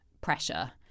pressure